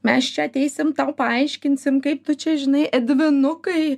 mes čia ateisim tau paaiškinsim kaip tu čia žinai edvinukai